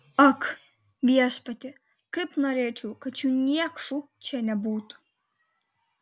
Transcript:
ak viešpatie kaip norėčiau kad šių niekšų čia nebūtų